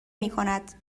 میکند